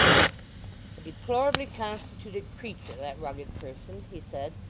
a deplorably constituted creature, that rugged person he said,